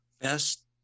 Best